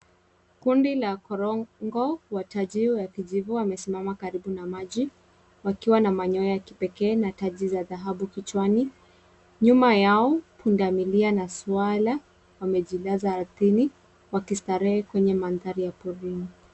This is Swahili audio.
Kundi la korongo watajio ya kijivu wamesimama karibu na maji wakiwa na manyoya ya kipekee na taji za dhahabu kichwani. Nyuma yao, pundamilia na swara wamejilaza ardhini wakistarehe kwenye mandhari ya porini.